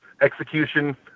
execution